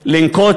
לנקוט